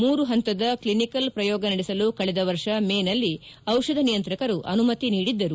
ಮೂರು ಪಂತದ ಕ್ಲಿನಿಕಲ್ ಪ್ರಯೋಗ ನಡೆಸಲು ಕಳೆದ ವರ್ಷ ಮೇನಲ್ಲಿ ದಿಷಧ ನಿಯಂತ್ರಕರು ಅನುಮತಿ ನೀಡಿದ್ದರು